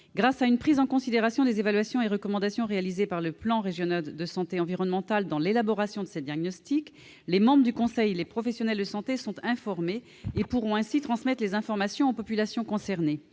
Grâce à une prise en considération des évaluations et des recommandations réalisées par le plan régional de santé environnementale dans l'élaboration des diagnostics, les membres du conseil et les professionnels de santé seront informés et pourront ainsi transmettre les informations aux populations concernées.